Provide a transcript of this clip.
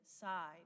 side